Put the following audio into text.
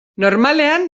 normalean